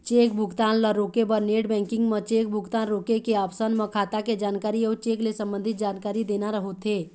cheque भुगतान ल रोके बर नेट बेंकिंग म चेक भुगतान रोके के ऑप्सन म खाता के जानकारी अउ चेक ले संबंधित जानकारी देना होथे